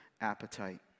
appetite